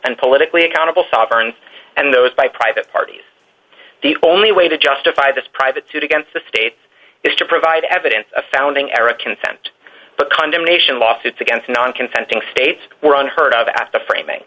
and politically accountable sovern and those by private parties the only way to justify this private suit against the state is to provide evidence founding era consent but condemnation lawsuits against non consenting states were unheard of as the